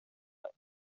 but